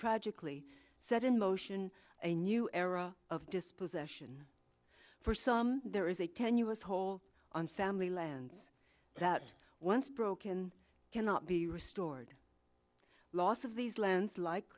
tragically set in motion a new era of dispossession for some there is a tenuous hold on family lands that once broken cannot be restored loss of these l